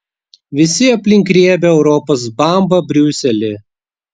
visi aplink riebią europos bambą briuselį